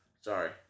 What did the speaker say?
Sorry